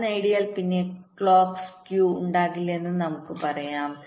അത് നേടിയാൽ പിന്നെ ക്ലോക്ക് സ്ക്യൂ ഉണ്ടാകില്ലെന്ന് നമുക്ക് പറയാം